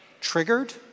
triggered